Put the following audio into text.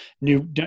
new